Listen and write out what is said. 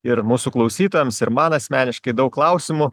ir mūsų klausytojams ir man asmeniškai daug klausimų